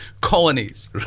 Colonies